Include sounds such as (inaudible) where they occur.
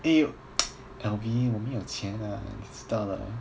eh (noise) alvin 我没有钱啊你知道的